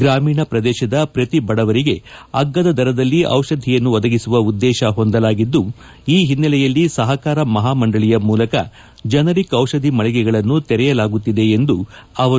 ಗ್ರಾಮೀಣ ಪ್ರದೇಶದ ಪ್ರತಿ ಬಡಜನರಿಗೆ ಅಗ್ಗದ ದರದಲ್ಲಿ ಔಷಧಿಯನ್ನು ಒದಗಿಸುವ ಉದ್ದೇಶ ಹೊಂದಲಾಗಿದ್ದು ಈ ಹಿನ್ನೆಲೆಯಲ್ಲಿ ಸಹಕಾರ ಮಹಾಮಂಡಳಿಯ ಮೂಲಕ ಜನರಿಕ್ ಔಷಧಿ ಮಳಿಗೆಗಳನ್ನು ತೆರೆಯಲಾಗುತ್ತಿದೆ ಎಂದರು